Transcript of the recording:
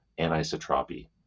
anisotropy